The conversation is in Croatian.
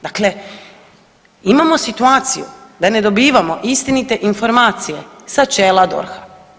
Dakle, imamo situaciju da ne dobivamo istinite informacije sa čela DORH-a.